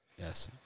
Yes